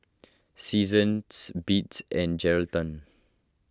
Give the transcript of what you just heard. Seasons Beats and Geraldton